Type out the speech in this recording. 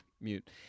mute